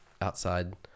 outside